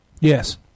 Yes